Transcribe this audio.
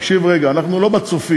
תקשיב רגע, אנחנו לא ב"צופים",